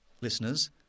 listeners